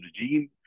regime